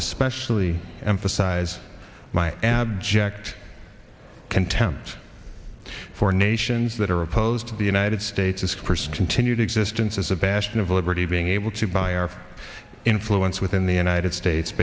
especially emphasize my abject contempt for nations that are opposed to the united states is first continued existence as a bastion of liberty being able to buy or influence within the united states